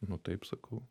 nu taip sakau